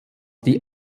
die